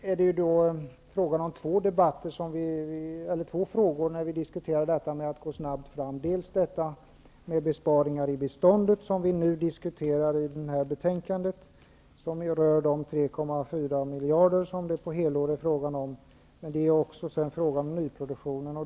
När vi diskuterar frågan om att gå snabbt fram gäller det dels de besparingar i beståndet som vi diskuterar i betänkandet och som rör de 3,4 miljarder som det handlar om på helår, dels nyproduktionen.